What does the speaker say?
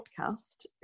podcast